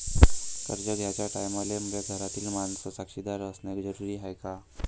कर्ज घ्याचे टायमाले मले घरातील माणूस साक्षीदार असणे जरुरी हाय का?